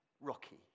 Rocky